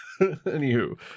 Anywho